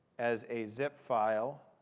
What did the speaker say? as a zip file.